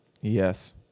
Yes